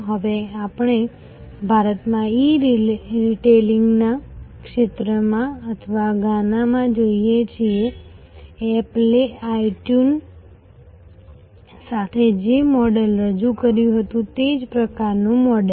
હવે આપણે ભારતમાં ઇ રિટેલિંગના ક્ષેત્રમાં અથવા ગાનામાં જોઈએ છીએ એપલે આઇટ્યુન સાથે જે મોડેલ રજૂ કર્યું હતું તે જ પ્રકારનું મોડેલ